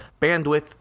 bandwidth